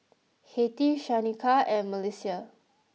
Hattie Shaneka and Melissia